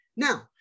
Now